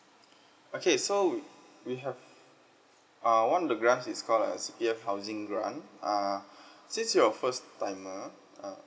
okay so we we have uh one of the grants is called the C_P_F housing grant uh since you're a first timer uh